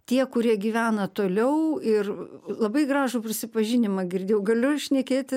tie kurie gyvena toliau ir labai gražų prisipažinimą girdėjau galiu aš šnekėti